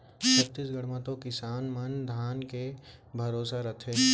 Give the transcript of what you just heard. छत्तीसगढ़ म तो किसान मन धाने के भरोसा रथें